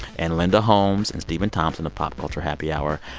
and linda holmes and stephen thompson of pop culture happy hour.